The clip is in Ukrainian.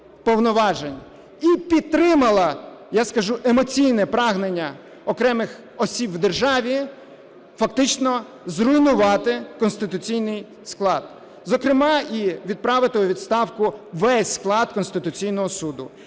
і підтримала, я скажу, емоційне прагнення окремих осіб в державі фактично зруйнувати конституційний склад, зокрема, і відправити у відставку весь склад Конституційного Суду.